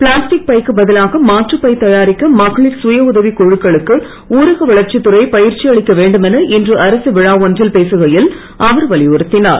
plastic பைக்கு பதிலாக மாற்று பை தயாரிக்க மகளிர் சுய உதவி குழுக்களுக்கு ஊரக வளர்ச்சித் துறை பயிற்சி அளிக்க வேண்டுமென இன்று அரசு விழா ஒன்றில் பேசுகையில் அவர் வலியுறுத்தினார்